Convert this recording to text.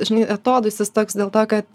žinai atodūsis toks dėl to kad